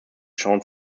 sean